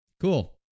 cool